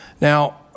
Now